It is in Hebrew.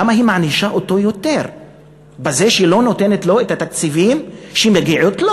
למה היא מענישה אותו יותר בזה שהיא לא נותנת לו את התקציבים שמגיעים לו?